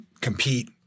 compete